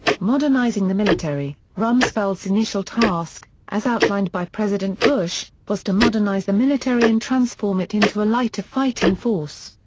modernizing the military rumsfeld's initial task, as outlined by president bush, was to modernize the military and transform it into a lighter fighting force.